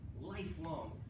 lifelong